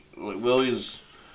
Willie's